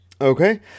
Okay